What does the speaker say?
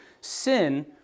sin